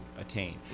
attain